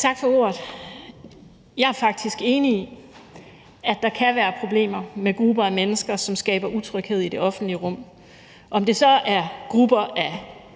Tak for ordet. Jeg er faktisk enig i, at der kan være problemer med grupper af mennesker, som skaber utryghed i det offentlige rum. Om det så er grupper af